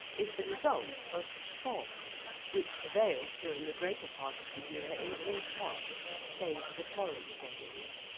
is the result of fog which prevails during the greater part of the year in all parts save the torrid zones.